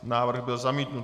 Návrh byl zamítnut.